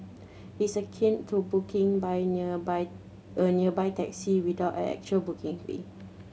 it's akin to booking by nearby a nearby taxi without a actual booking fee